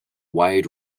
wide